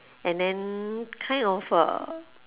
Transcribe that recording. and then kind of a